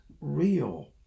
real